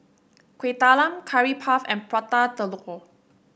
Kueh Talam Curry Puff and Prata Telur